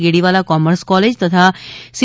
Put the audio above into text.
Gediwala commerce college તથા C